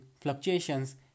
fluctuations